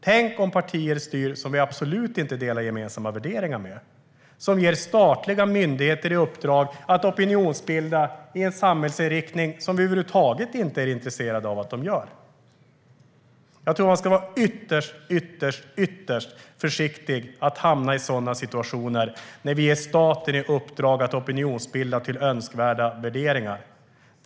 Tänk om partier som vi absolut inte delar gemensamma värderingar med kommer att styra och ge statliga myndigheter i uppdrag att opinionsbilda i en samhällsriktning som vi över huvud taget inte vill ha! Jag tror att man ska vara ytterst försiktig med att hamna i sådana situationer där vi ger staten i uppdrag att opinionsbilda till önskvärda värderingar.